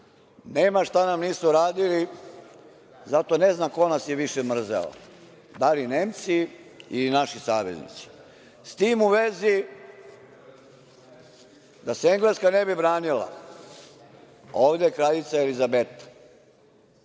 nema šta nam nisu radili. Zato ne znam ko nas je više mrzeo, da li Nemci ili naši saveznici.S tim u vezi, da se Engleska ne bi branila, ovde kraljica Elizabeta,